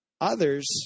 Others